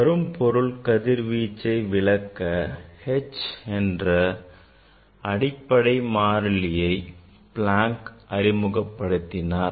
கரும்பொருள் கதிர்வீச்சை விளக்க h என்ற அடிப்படை மாறிலியை Planck அறிமுகப்படுத்தினார்